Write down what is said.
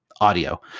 audio